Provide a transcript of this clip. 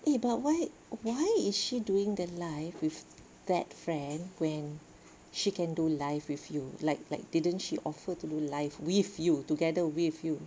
eh but why why is she doing the live with that friend when she can do live with you like like didn't she offer to do live with you together with you